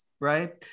Right